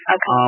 Okay